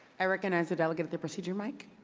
i recognize the delegate at the procedure mic.